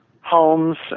homes